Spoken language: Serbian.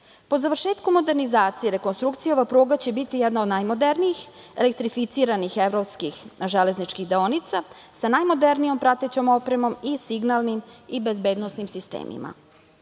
Po završetku modernizacije i rekonstrukcija pruge će biti jedna od najmodernijih elektrificiranih evropskih železničkih deonica sa najmodernijom pratećom opremom i signalnim i bezbednosnim sistemima.